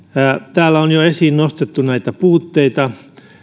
täällä on jo nostettu esiin näitä puutteita